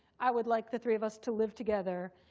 i would like the three of us to live together,